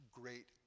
great